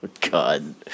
God